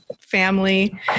family